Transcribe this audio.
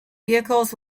vehicles